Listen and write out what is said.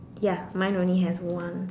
ya mine only has one